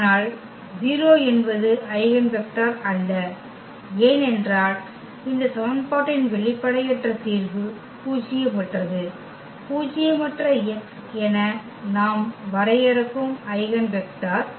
ஆனால் 0 என்பது eigen vector அல்ல ஏனென்றால் இந்த சமன்பாட்டின் வெளிப்படையற்ற தீர்வு பூஜ்யமற்றது பூஜ்யமற்ற x என நாம் வரையறுக்கும் ஐகென் வெக்டர்